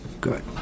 Good